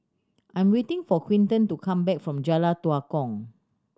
I am waiting for Quinten to come back from Jalan Tua Kong